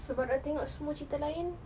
sebab dah tengok semua cerita lain